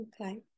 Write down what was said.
okay